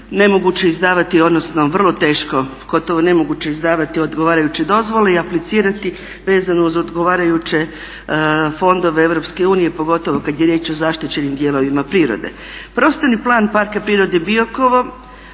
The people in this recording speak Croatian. nemoguće izdavati, odnosno vrlo teško gotovo nemoguće izdavati odgovarajuće dozvole i aplicirati vezano uz odgovarajuće fondove EU pogotovo kad je riječ o zaštićenim dijelovima prirode. Prostorni plan Parka prirode Biokovo